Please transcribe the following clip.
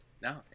no